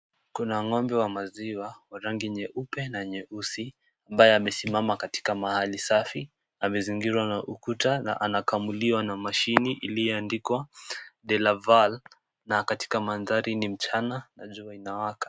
Kuna ngombe wa maziwa, wa rangi nyeupe na nyeusi, ambaye amesimama katika mahali safi, amezingirwa na ukuta na anakamuliwa na mashine iliyoandikwa Delaval na katika mandhari ni mchana na jua inawaka.